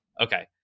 Okay